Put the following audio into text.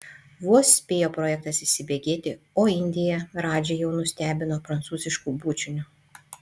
vos spėjo projektas įsibėgėti o indija radžį jau nustebino prancūzišku bučiniu